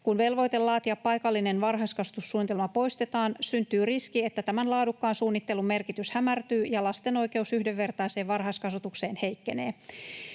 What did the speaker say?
Kun velvoite laatia paikallinen varhaiskasvatussuunnitelma poistetaan, syntyy riski, että tämän laadukkaan suunnittelun merkitys hämärtyy ja lasten oikeus yhdenvertaiseen varhaiskasvatukseen heikkenee.